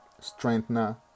Strengthener